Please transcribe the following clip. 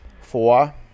four